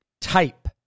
type